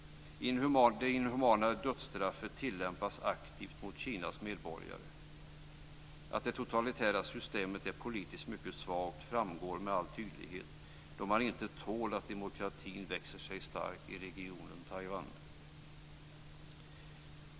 Det inhumana dödsstraffet tillämpas aktivt mot Kinas medborgare. Att det totalitära systemet är politiskt mycket svagt framgår med all tydlighet då man inte tål att demokratin växer sig stark i regionen Taiwan.